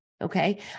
okay